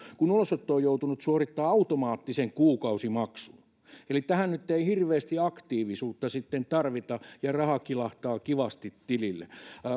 kun ulosottoon joutunut suorittaa automaattisen kuukausimaksun eli tähän nyt ei hirveästi aktiivisuutta sitten tarvita ja raha kilahtaa kivasti tilille